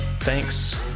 thanks